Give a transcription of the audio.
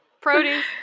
Produce